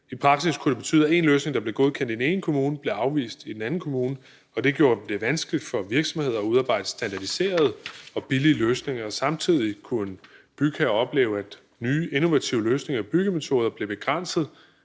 I praksis kunne det betyde, at én løsning, der blev godkendt i den ene kommune, blev afvist i den anden kommune, og det gjorde det vanskeligt for virksomheder at udarbejde standardiserede og billige løsninger. Samtidig kunne en bygherre opleve, at nye innovative løsninger og byggemetoder blev begrænset,